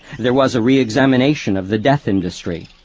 there was a reexamination of the death industry,